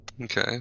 Okay